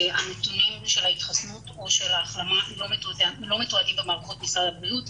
הנתונים של ההתחסנות או של ההחלמה לא מתועדים במערכות משרד הבריאות,